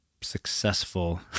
successful